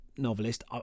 Novelist